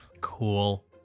Cool